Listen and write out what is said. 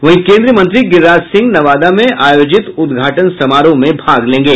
वहीं केंद्रीय मंत्री गिरिराज सिंह नवादा में आयोजित उद्घाटन समारोह में भाग लेंगे